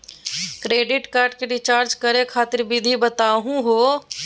Credit card क recharge करै खातिर विधि बताहु हो?